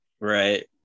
right